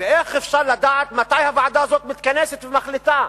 ואיך אפשר לדעת מתי הוועדה הזאת מתכנסת ומחליטה?